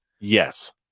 Yes